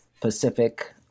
pacific